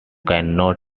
cannon